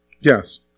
Yes